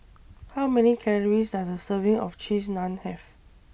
How Many Calories Does A Serving of Cheese Naan Have